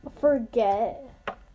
forget